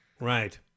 right